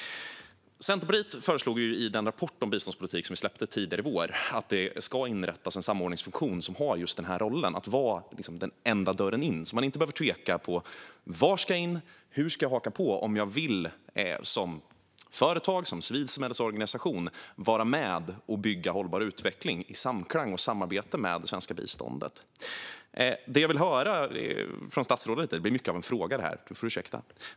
Centerpartiet föreslog i den rapport om biståndspolitik som vi släppte tidigare i vår att det ska inrättas en samordningsfunktion som har just den här rollen - att vara den enda dörren in. Man ska inte behöva tveka om var man ska in och hur man ska haka på om man som företag eller civilsamhällesorganisation vill vara med och bygga hållbar utveckling i samklang och i samarbete med det svenska biståndet. Statsrådet får ursäkta, för det här blir mycket av en fråga.